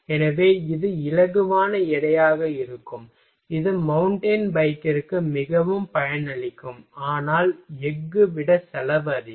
எனவே இது இலகுவான எடையாக இருக்கும் இது மவுண்டன் பைக்கிற்கு மிகவும் பயனளிக்கும் ஆனால் எஃகு விட செலவு அதிகம்